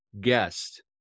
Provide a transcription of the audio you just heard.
guest